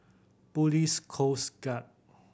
Police Coast Guard